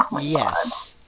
Yes